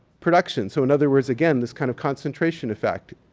production. so in other words again, this kind of concentration effect.